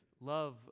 love